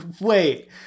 Wait